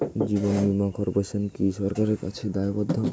জীবন বীমা কর্পোরেশন কি সরকারের কাছে দায়বদ্ধ?